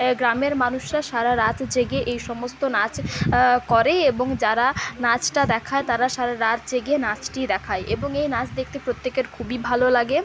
এ গ্রামের মানুষরা সারা রাত জেগে এই সমস্ত নাচ করে এবং যারা নাচটা দেখায় তারা সারা রাত জেগে নাচটি দেখায় এবং এই নাচ দেখতে প্রত্যেকের খুবই ভালো লাগে